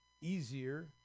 easier